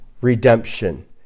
redemption